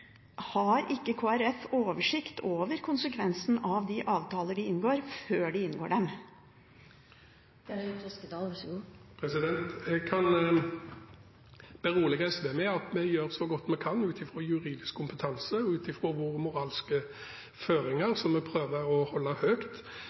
Har ikke Kristelig Folkeparti oversikt over konsekvensene av de avtalene de inngår, før de inngår dem? Jeg kan berolige SV med at vi gjør så godt vi kan ut ifra juridisk kompetanse og ut ifra våre moralske føringer som vi prøver å holde